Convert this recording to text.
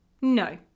no